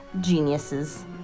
geniuses